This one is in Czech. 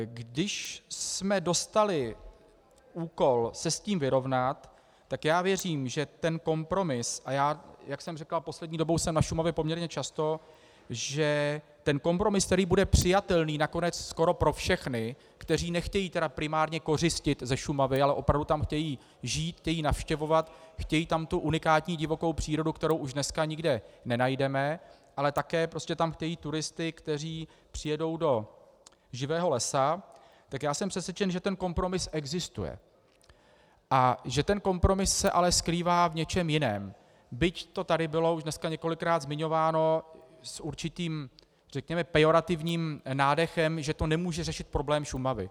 Když jsme dostali úkol se s tím vyrovnat, tak já věřím, že ten kompromis a jak jsem říkal, poslední dobou jsem na Šumavě poměrně často že ten kompromis, který bude přijatelný pro všechny, nakonec skoro pro všechny, kteří nechtějí tedy primárně kořistit ze Šumavy, ale opravdu tam chtějí žít, chtějí tam navštěvovat tu unikátní divokou přírodu, kterou už dneska nikde nenajdeme, ale také prostě tam chtějí turisty, kteří přijedou do živého lesa, tak já jsem přesvědčen, že ten kompromis existuje, že ten kompromis se ale skrývá v něčem jiném, byť to tady bylo už dneska několikrát zmiňováno s určitým řekněme pejorativním nádechem, že to nemůže řešit problém Šumavy.